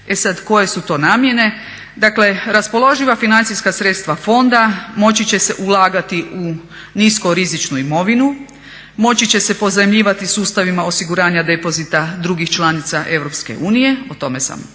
E sad koje su to namjene, dakle raspoloživa financijska sredstva fonda moći će se ulagati u nisko rizičnu imovinu, moći će se pozajmljivati sustavima osiguranja depozita drugih članica EU, o tome sam